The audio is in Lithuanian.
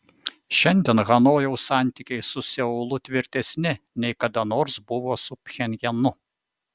šiandien hanojaus santykiai su seulu tvirtesni nei kada nors buvo su pchenjanu